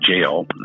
jail